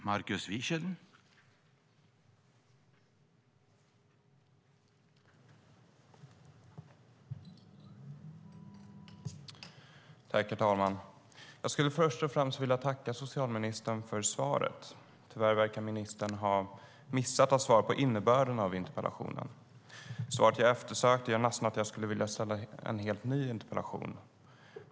Herr talman! Jag skulle först och främst vilja tacka socialministern för svaret. Tyvärr verkar ministern har missat att svara på innebörden av interpellationen. Svaret jag eftersökte gör nästan att jag skulle vilja ställa en helt ny interpellation.